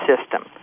system